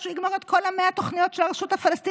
עד שהוא יגמור את כל 100 התוכניות של הרשות הפלסטינית,